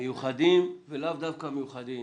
מיוחדים ולאו דווקא מיוחדים,